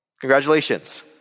Congratulations